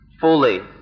fully